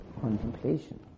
contemplation